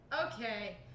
okay